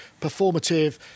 performative